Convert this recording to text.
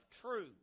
true